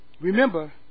Remember